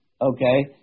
okay